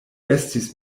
estis